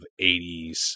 80s